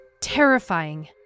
terrifying